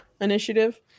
initiative